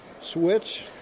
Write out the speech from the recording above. switch